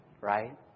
right